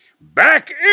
back